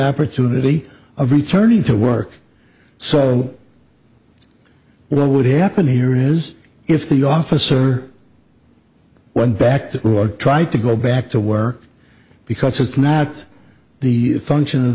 opportunity of returning to work so it would happen here is if the officer went back to you or tried to go back to work because it's not the function of